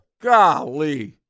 Golly